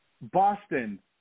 Boston